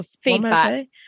feedback